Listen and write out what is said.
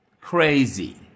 Crazy